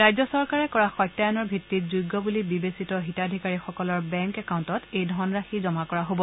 ৰাজ্য চৰকাৰে কৰা সত্যায়নৰ ভিত্তিত যোগ্য বুলি বিবেচিত হিতাধিকাৰীসকলৰ বেংক একাংউণ্টত এই ধনৰাশি জমা কৰা হ'ব